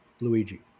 Luigi